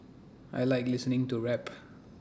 I Like listening to rap